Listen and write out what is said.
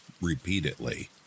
repeatedly